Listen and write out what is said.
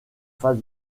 face